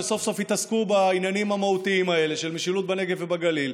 ושסוף-סוף יתעסקו בעניינים המהותיים האלה של משילות בנגב ובגליל,